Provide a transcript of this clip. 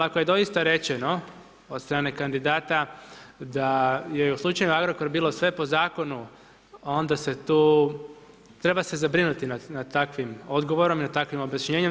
Ako je doista rečeno od strane kandidata da je u slučaju Agrokor bilo sve po zakonu, onda se tu, treba se zabrinuti nad takvim odgovorom, nad takvim objašnjenjem.